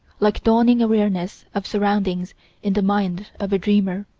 like dawning awarenesses of surroundings in the mind of a dreamer.